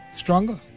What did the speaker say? stronger